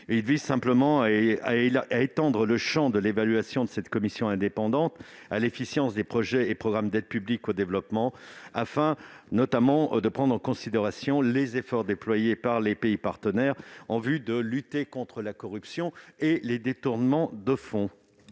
qui vise à étendre le champ de l'évaluation de la commission indépendante à l'efficience des projets et programmes d'APD, afin notamment de prendre en considération les efforts déployés par les pays partenaires en vue de lutter contre la corruption et le détournement de fonds.